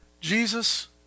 Jesus